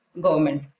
government